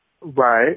Right